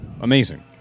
amazing